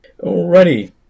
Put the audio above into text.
Alrighty